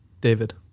David